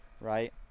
right